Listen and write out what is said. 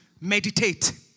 meditate